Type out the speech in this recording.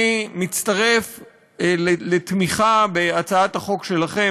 אני מצטרף לתמיכה בהצעת החוק שלכם,